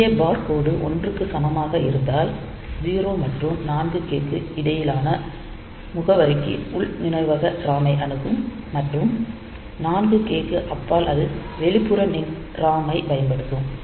EA bar கோடு ஒன்றுக்கு சமமாக இருந்தால் 0 மற்றும் 4K க்கு இடையிலான முகவரிக்கு உள் நினைவக ROM ஐ அணுகும் மற்றும் 4K க்கு அப்பால் அது வெளிப்புற ROM ஐப் பயன்படுத்தும்